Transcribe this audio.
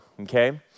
okay